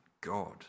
god